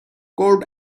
cole